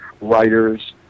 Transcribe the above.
writers